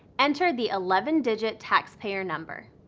enter the eleven digit taxpayer number.